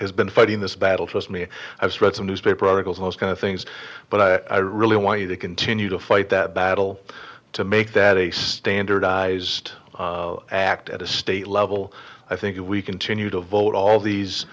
has been fighting this battle trust me i've read some newspaper articles those kind of things but i really want you to continue to fight that battle to make that a standardized act at a state level i think if we continue to vote all these